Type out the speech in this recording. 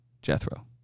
Jethro